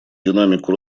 динамику